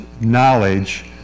knowledge